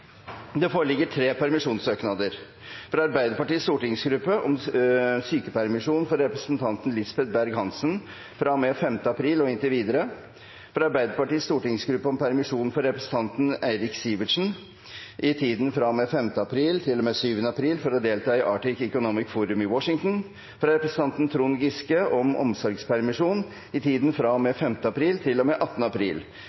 Det foreligger det tre permisjonssøknader: fra Arbeiderpartiets stortingsgruppe om sykepermisjon for representanten Lisbeth Berg-Hansen i tiden fra og med 5. april og inntil videre fra Arbeiderpartiets stortingsgruppe om permisjon for representanten Eirik Sivertsen i tiden fra og med 5. april til og med 7. april for å delta i The Arctic Economic Development Forum i Washington fra representanten Trond Giske om omsorgspermisjon i tiden fra og